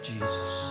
Jesus